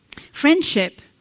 Friendship